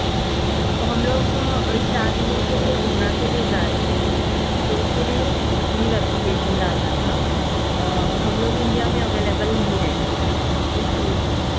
تو ہم لوگ چار دِنوں کے لیے عمرہ کے لیے جا رہے ہیں تو اِس کے لیے لیو اپلیکیشن ڈالنا تھا اور ہم لوگ انڈیا میں اویلیبل نہیں رہیں گے